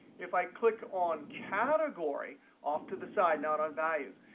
if i click on category off to the side, not on values,